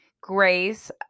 Grace